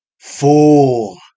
Fool